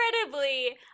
incredibly